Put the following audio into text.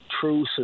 true